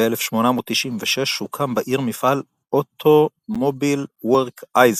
ב-1896 הוקם בעיר מפעל אוטמובילוורק אייזנך.